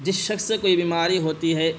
جس شخص کو یہ بیماری ہوتی ہے